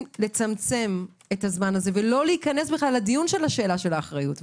לצמצם את הזמן הזה ולא להיכנס לדיון של השאלה של האחריות.